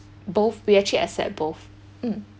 both we actually accept both mm